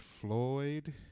Floyd